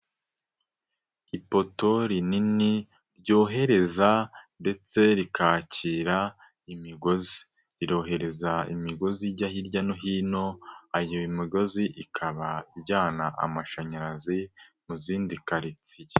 Ipoto rinini ryohereza ndetse rikakira imigozi, irohereza imigozi ijya hirya no hino ayo migozi ikaba ijyana amashanyarazi mu zindi karitsiye.